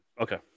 Okay